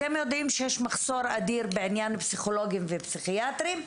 אתם יודעים שיש מחסור אדיר בעניין פסיכולוגים ופסיכיאטרים?